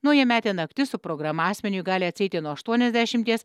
naujametė naktis su programa asmeniui gali atsieiti nuo aštuoniasdešimties